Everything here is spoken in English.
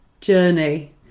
journey